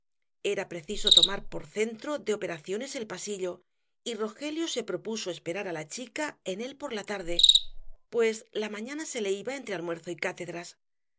era preciso tomar por centro de operaciones el pasillo y rogelio se propuso esperar á la chica en él por la tarde pues la mañana se le iba entre almuerzo y cátedras